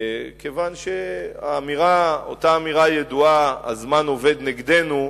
כיוון שאותה אמירה ידועה "הזמן עובד נגדנו"